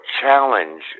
challenge